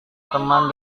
teman